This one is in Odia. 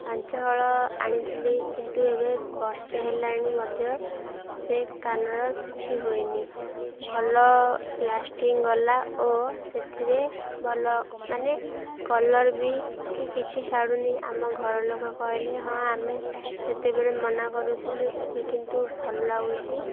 ପାଞ୍ଚହଳ ଆଣିଥିଲି କିନ୍ତୁ ଏବେ ବର୍ଷେ ହେଲାଣି ମଧ୍ୟ ସେ କାନର କିଛି ହୋଇନି ଭଲ ଲାଷ୍ଟିଂ ଗଲା ଓ ସେଥିରେ ଭଲ ମାନେ କଲର୍ ବି କି କିଛି ଛାଡ଼ୁନି ଆମ ଘର ଲୋକ କହିଲେ ହଁ ଆମେ ସେତେବେଳେ ମନା କରୁଥିଲୁ ଏବେ କିନ୍ତୁ ଭଲ ଲାଗୁଛି